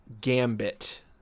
Gambit